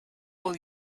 will